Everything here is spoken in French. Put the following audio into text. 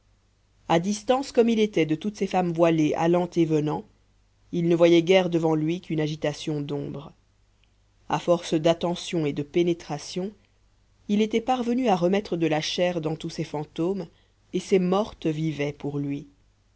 à distance comme il était de toutes ces femmes voilées allant et venant il ne voyait guère devant lui qu'une agitation d'ombres à force d'attention et de pénétration il était parvenu à remettre de la chair dans tous ces fantômes et ces mortes vivaient pour lui